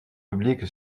publique